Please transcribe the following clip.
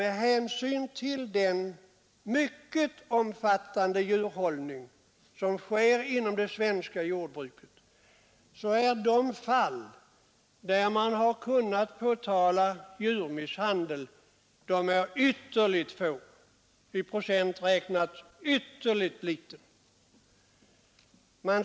Med hänsyn till den omfattande djurhållning som förekommer inom det svenska jordbruket är de fall där djurmisshandel kunnat påtalats ytterligt få.